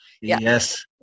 Yes